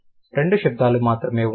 రెండు శబ్దాలు మాత్రమే ఉన్నాయి